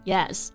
Yes